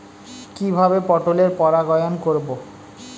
কিভাবে পটলের পরাগায়ন করব?